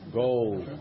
gold